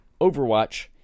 Overwatch